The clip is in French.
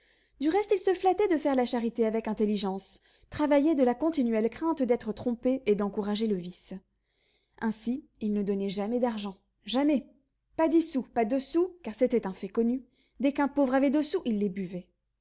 du reste ils se flattaient de faire la charité avec intelligence travaillés de la continuelle crainte d'être trompés et d'encourager le vice ainsi ils ne donnaient jamais d'argent jamais pas dix sous pas deux sous car c'était un fait connu dès qu'un pauvre avait deux sous il les buvait